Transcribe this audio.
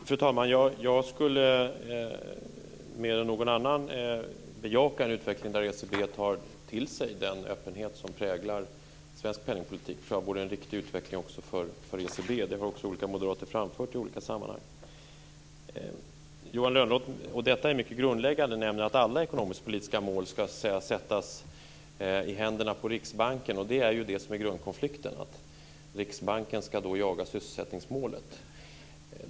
Fru talman! Jag skulle mer än någon annan bejaka en utveckling där ECB tar till sig den öppenhet som präglar svensk penningpolitik. Det tror jag vore en riktig utveckling också för ECB. Det har också olika moderater framfört i olika sammanhang. Detta är mycket grundläggande, nämligen att alla ekonomisk-politiska mål ska sättas i händerna på Riksbanken. Det är ju det som är grundkonflikten. Det är att Riksbanken ska jaga sysselsättningsmålet.